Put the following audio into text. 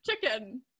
Chicken